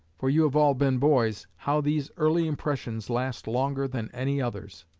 for you have all been boys, how these early impressions last longer than any others.